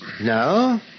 No